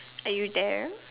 are you there